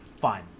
fun